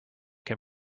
can